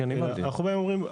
אנחנו באים ואומרים,